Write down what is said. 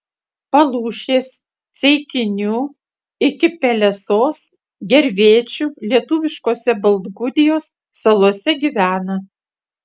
palūšės ceikinių iki pelesos gervėčių lietuviškose baltgudijos salose gyvena